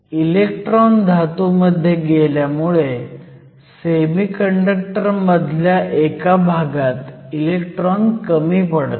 electron धातू मध्ये गेल्यामुळे सेमीकंडक्टर मधल्या एका भागात इलेक्ट्रॉन कमी पडतात